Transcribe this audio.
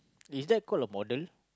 it's that call a model